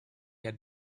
had